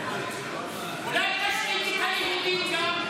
אולי תשתיק גם את היהודים?